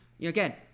Again